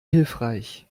hilfreich